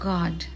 God